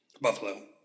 Buffalo